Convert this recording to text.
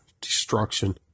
destruction